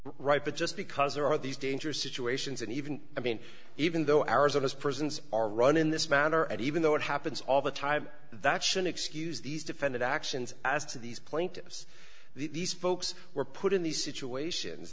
right but just because there are these dangerous situations and even i mean even though arizona's prisons are run in this manner and even though it happens all the time that's an excuse these defended actions as to these plaintiffs these folks were put in these situations